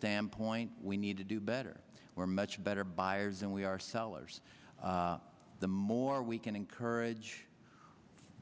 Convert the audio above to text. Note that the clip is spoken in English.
standpoint we need to do better we're much better buyers than we are sellers the more we can encourage